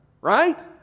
right